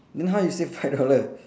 then how you save five dollar